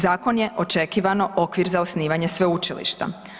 Zakon je očekivano, okvir za osnivanje sveučilišta.